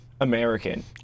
American